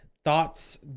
thoughts